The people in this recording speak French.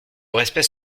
respect